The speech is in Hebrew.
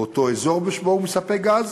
באותו אזור שבו הוא מספק גז,